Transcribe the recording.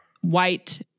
white